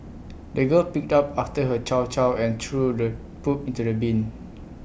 the girl picked up after her chow chow and threw the poop into the bin